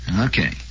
Okay